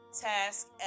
task